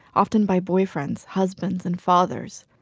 often by boyfriends, husbands and fathers.